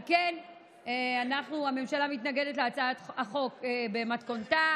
על כן הממשלה מתנגדת להצעת חוק במתכונתה,